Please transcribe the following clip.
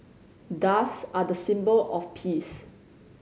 doves are the symbol of peace